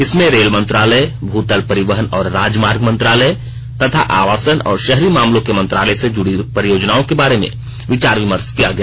इसमें रेल मंत्रालय भूतल परिवहन और राजमार्ग मंत्रालय तथा आवासन और शहरी मामलों के मंत्रालय से जुडी परियोजनाओं के बारे में विचार विमर्श किया गया